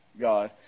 God